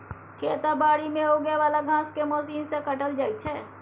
खेत आ बारी मे उगे बला घांस केँ मशीन सँ काटल जाइ छै